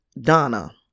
Donna